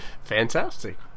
Fantastic